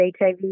HIV